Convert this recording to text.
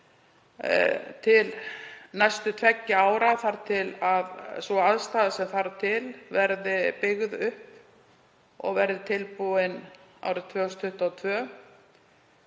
til næstu tveggja ára þar til sú aðstaða sem þarf til verði byggð upp og að hún verði tilbúin árið 2022.